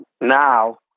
Now